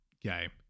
Game